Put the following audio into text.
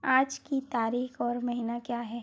आज की तारीख और महीना क्या है